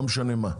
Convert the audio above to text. לא משנה מה,